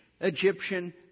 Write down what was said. Egyptian